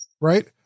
Right